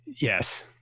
yes